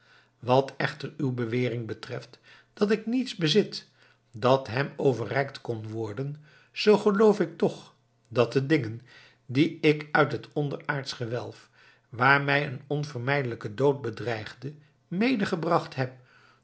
wat echter uw bewering betreft dat ik niets bezit dat hem overreikt kon worden zoo geloof ik toch dat de dingen die ik uit het onderaardsch gewelf waar mij een onvermijdelijke dood bedreigde meegebracht heb